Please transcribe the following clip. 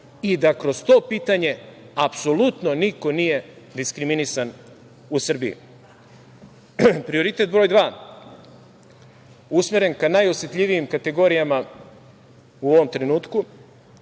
i da kroz to pitanje apsolutno niko nije diskriminisan u Srbiji. Prioritet broj dva, usmeren ka najosetljivijim kategorijama u ovom trenutku.